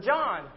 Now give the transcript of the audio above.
John